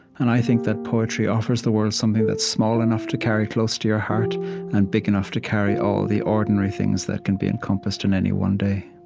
and i think that poetry offers the world something that's small enough to carry close to your heart and big enough to carry all the ordinary things that can be encompassed in any one day